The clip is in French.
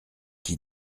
qui